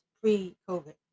pre-COVID